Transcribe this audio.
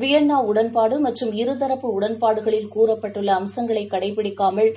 வியன்னாஉடன்பாடுமற்றும் இரு தரப்பு உடன்பாடுகளில் கூறப்பட்டுள்ளஅம்சங்களைகடைபிடிக்காமல்